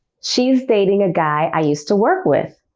she's dating a guy i used to work with